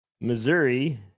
Missouri